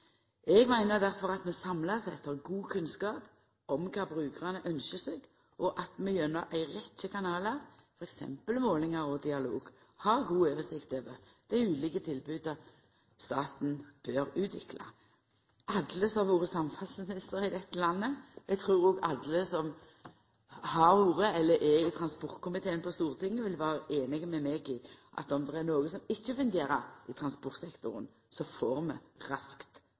Eg meiner difor at vi samla sett har god kunnskap om kva brukarane ynskjer seg, og at vi gjennom ei rekkje kanalar – f.eks. målingar og dialog – har god oversikt over dei ulike tilboda som staten bør utvikla. Alle som har vore samferdselsminister i dette landet – eg trur òg alle som har vore, eller er, i transportkomiteen på Stortinget – vil vera einige med meg i at om det er noko som ikkje fungerer i transportsektoren, så får vi raskt